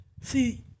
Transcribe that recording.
see